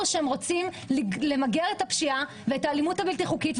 שהם רוצים למגר את הפשיעה ואת האלימות הבלתי החוקית.